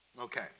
Okay